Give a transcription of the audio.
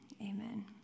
Amen